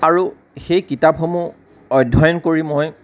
আৰু সেই কিতাপসমূহ অধ্যয়ন কৰি মই